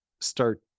start